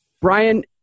Brian